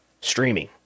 streaming